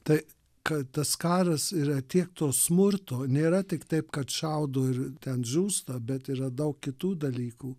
tai kad tas karas yra tiek to smurto nėra tiktai kad šaudo ir ten žūsta bet yra daug kitų dalykų